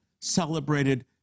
celebrated